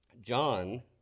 John